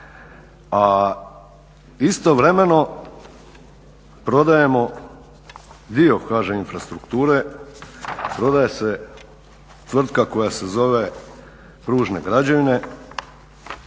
a istovremeno prodajemo dio HŽ infrastrukture, prodaje se tvrtka koja se zove Pružne građevine